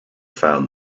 found